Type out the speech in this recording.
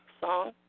song